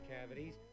cavities